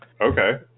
okay